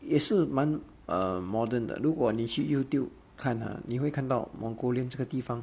也是蛮 err modern 的如果你去 youtube 看 uh 你会看到 mongolian 这个地方